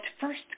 first